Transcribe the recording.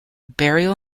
burial